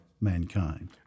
mankind